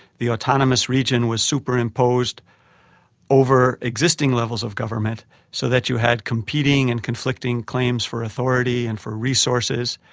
the autonomous region was superimposed over existing levels of government so that you had competing and conflicting claims for authority and for resources,